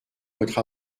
votre